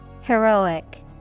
Heroic